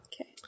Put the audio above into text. Okay